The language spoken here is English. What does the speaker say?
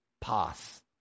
pass